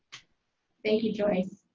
thank you, joyce.